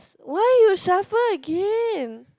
why you shuffle again